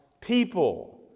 people